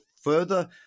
further